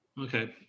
Okay